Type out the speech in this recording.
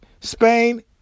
Spain